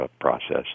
process